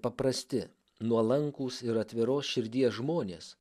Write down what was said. paprasti nuolankūs ir atviros širdies žmonės